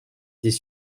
des